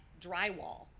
drywall